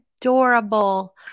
Adorable